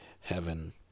heaven